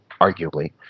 arguably